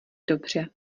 dobře